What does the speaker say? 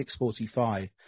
6.45